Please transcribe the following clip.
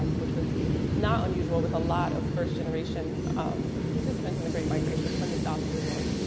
um which was not unusual with a lot of first generation participants in the great migration from the south to the north.